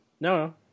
No